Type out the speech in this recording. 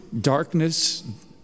darkness